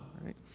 right